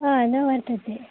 हा न वर्तते